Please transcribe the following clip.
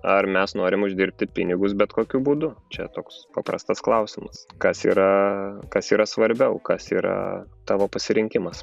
ar mes norim uždirbti pinigus bet kokiu būdu čia toks paprastas klausimas kas yra kas yra svarbiau kas yra tavo pasirinkimas